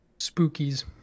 Spookies